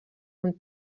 amb